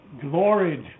gloried